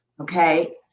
Okay